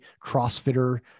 CrossFitter